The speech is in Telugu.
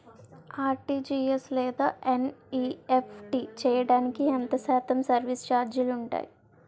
ఆర్.టి.జి.ఎస్ లేదా ఎన్.ఈ.ఎఫ్.టి చేయడానికి ఎంత శాతం సర్విస్ ఛార్జీలు ఉంటాయి?